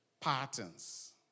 patterns